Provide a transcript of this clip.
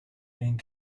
being